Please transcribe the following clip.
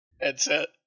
headset